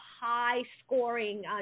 high-scoring